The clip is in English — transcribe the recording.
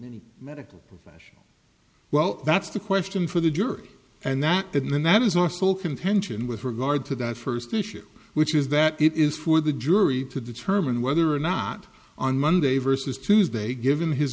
any medical profession well that's the question for the jury and that didn't and that is also contention with regard to that first issue which is that it is for the jury to determine whether or not on monday versus tuesday given